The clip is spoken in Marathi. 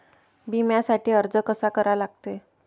बिम्यासाठी अर्ज कसा करा लागते?